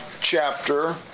chapter